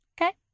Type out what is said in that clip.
Okay